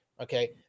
Okay